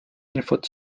infot